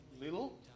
little